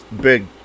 big